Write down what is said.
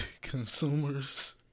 consumers